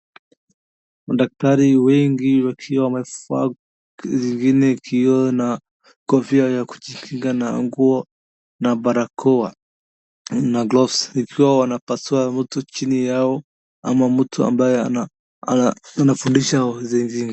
Daktari wengi wakiwa wamevaa wengine kioo na kofia ya kujikinga na nguo na barakoa na gloves ikiwa wanapasua mtu chini yao au mtu ambaye anafundisha wengine.